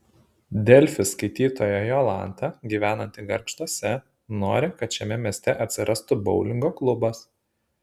delfi skaitytoja jolanta gyvenanti gargžduose nori kad šiame mieste atsirastų boulingo klubas